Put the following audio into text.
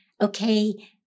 okay